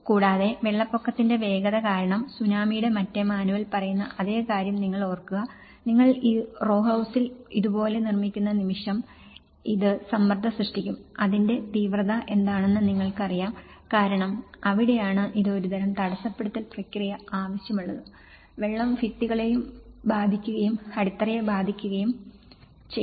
കൂടാതെ വെള്ളപ്പൊക്കത്തിന്റെ വേഗത കാരണം സുനാമിയുടെ മറ്റേ മാനുവൽ പറയുന്ന അതേ കാര്യം നിങ്ങൾ ഓർക്കുക നിങ്ങൾ ഈ റോ ഹൌസുകൾ ഇതുപോലെ നിർമ്മിക്കുന്ന നിമിഷം ഇത് സമ്മർദ്ദം സൃഷ്ടിക്കും അതിന്റെ തീവ്രതാ എന്താണെന്നു നിങ്ങൾക്ക് അറിയാം കാരണം അവിടെയാണ് ഇത് ഒരുതരം തടസ്സപ്പെടുത്തൽ പ്രക്രിയ ആവശ്യമുള്ളത് വെള്ളം ഭിത്തികളേയും ബാധിക്കുകയും അടിത്തറയെ ബാധിക്കുകയും ചെയ്യും